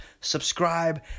subscribe